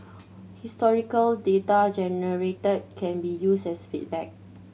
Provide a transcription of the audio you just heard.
historical data generated can be used as feedback